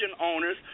owners